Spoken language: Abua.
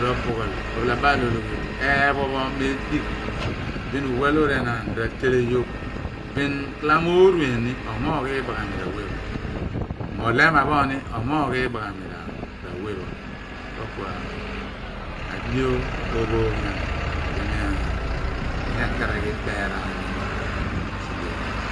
rophughol r ' ophalabaal owghi eepho pho medigh bin uwawor enaan r ateleyogh bin ghalamo oruen bin omoogh ibayhami r' awe pho mo olema pho ooni omoogh ibaghami r'awe pho. po ku adio ophooghian di mi. ekeraghi ibeeraan ilm. sidio pho iphen